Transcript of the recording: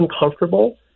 uncomfortable